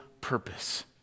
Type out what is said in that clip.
purpose